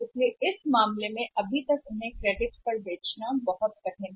तो उस मामले में अगर अभी भी उन्हें क्रेडिट पर बेचना है बहुत कठिन